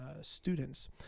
students